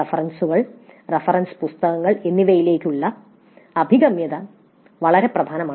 റഫറൻസുകൾ റഫറൻസ് പുസ്തകങ്ങൾ എന്നിവയിലേക്കുള്ള അഭിഗമ്യത വളരെ പ്രധാനമാണ്